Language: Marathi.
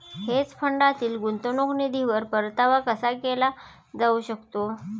हेज फंडातील गुंतवणूक निधीवर परतावा कसा केला जाऊ शकतो?